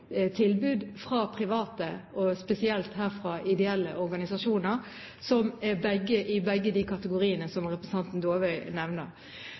tilbud fra private og spesielt fra ideelle organisasjoner, i begge de kategoriene som representanten Dåvøy nevner.